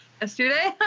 yesterday